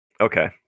Okay